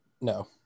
No